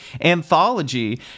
anthology